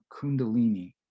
kundalini